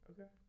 Okay